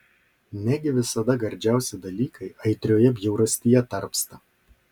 negi visada gardžiausi dalykai aitrioje bjaurastyje tarpsta